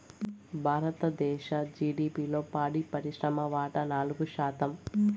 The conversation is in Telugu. భారతదేశ జిడిపిలో పాడి పరిశ్రమ వాటా నాలుగు శాతం